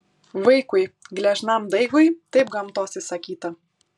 vaikui gležnam daigui taip gamtos įsakyta